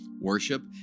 worship